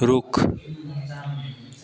रुख